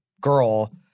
girl